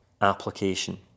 Application